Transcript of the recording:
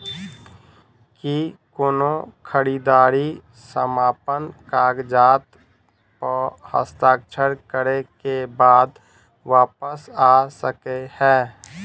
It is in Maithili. की कोनो खरीददारी समापन कागजात प हस्ताक्षर करे केँ बाद वापस आ सकै है?